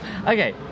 Okay